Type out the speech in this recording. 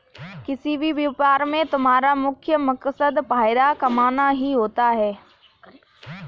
किसी भी व्यापार में तुम्हारा मुख्य मकसद फायदा कमाना ही होता है